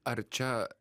ar čia